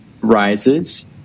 rises